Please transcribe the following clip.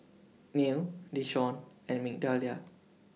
Neal Deshawn and Migdalia